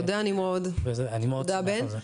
תודה רבה נמרוד ותודה בן.